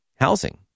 housing